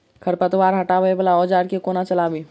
खरपतवार हटावय वला औजार केँ कोना चलाबी?